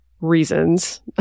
reasons